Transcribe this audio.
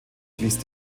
fließt